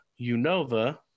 Unova